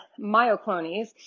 myoclonies